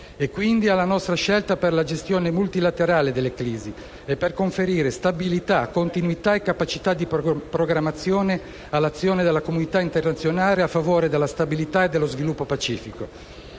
e quindi alla nostra scelta per la gestione multilaterale delle crisi e per conferire stabilità, continuità e capacità di programmazione all'azione della comunità internazionale a favore della stabilità e dello sviluppo pacifico.